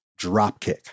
Dropkick